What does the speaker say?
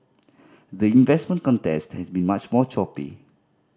the investment contest has been much more choppy